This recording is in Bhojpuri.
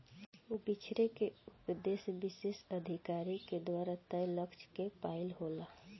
बिछरे के उपदेस विशेष अधिकारी के द्वारा तय लक्ष्य क पाइल होला